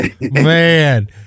man